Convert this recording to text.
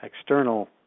external